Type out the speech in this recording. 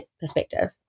perspective